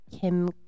Kim